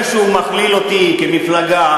ברגע שהוא מכליל אותי כמפלגה,